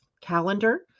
calendar